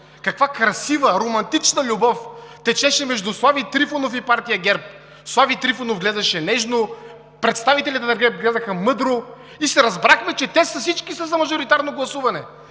каква красива, романтична любов течеше между Слави Трифонов и партия ГЕРБ. Слави Трифонов гледаше нежно, представителите на ГЕРБ гледаха мъдро и се разбрахме, че те всички са за мажоритарно гласуване.